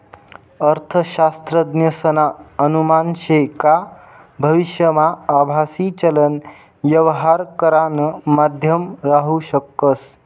अर्थशास्त्रज्ञसना अनुमान शे का भविष्यमा आभासी चलन यवहार करानं माध्यम राहू शकस